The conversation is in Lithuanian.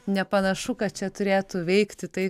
nepanašu kad čia turėtų veikti tai